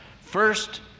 First